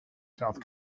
south